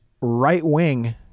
right-wing